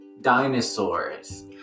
dinosaurs